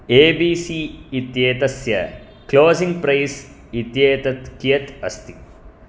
ए B C इत्येतस्य closing price इत्येतत् कियत् अस्ति